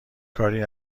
کاری